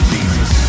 Jesus